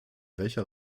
welcher